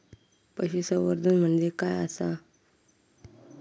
पशुसंवर्धन म्हणजे काय आसा?